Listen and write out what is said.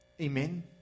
Amen